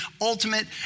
ultimate